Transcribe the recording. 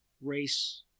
race